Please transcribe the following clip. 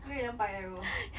一个月两百而已我